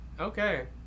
Okay